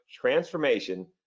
transformation